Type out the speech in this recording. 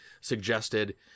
suggested